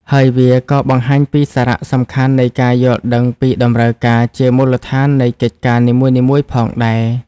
ហើយវាក៏បង្ហាញពីសារៈសំខាន់នៃការយល់ដឹងពីតម្រូវការជាមូលដ្ឋាននៃកិច្ចការនីមួយៗផងដែរ។